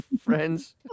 friends